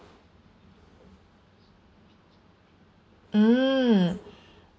mm